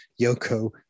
Yoko